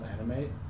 Animate